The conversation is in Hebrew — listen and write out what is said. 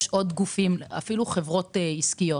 יש עוד גופים, אפילו חברות עסקיות.